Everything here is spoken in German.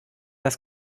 das